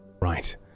Right